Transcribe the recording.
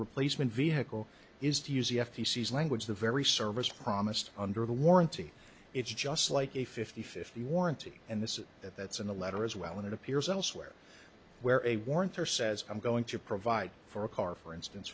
replacement vehicle is to use the f t c is language the very service promised under the warranty it's just like a fifty fifty warranty and this is that that's in the letter as well and it appears elsewhere where a warrant or says i'm going to provide for a car for instance